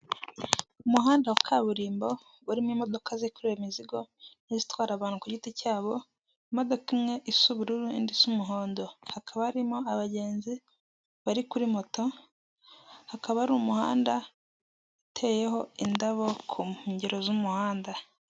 Umuhanda wa kaburimbo urimo imodoka zikoreye imizigo n'izitwara abantu ku giti cyabo, imodoka imwe isa ubururu indi isa umuhondo. Hakaba harimo abagenzi bari kuri moto, hakaba hari umuhanda uteyeho indabo ku nkengero z'umuhanda.